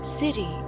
City